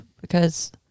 because-